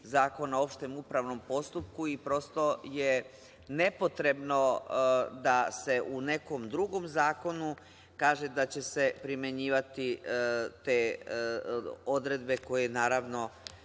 Zakona o opštem upravnom postupku i prosto je nepotrebno da se u nekom drugom zakonu kaže da će se primenjivati te odredbe koje su, naravno,